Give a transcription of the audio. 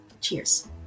Cheers